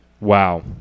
Wow